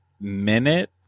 minute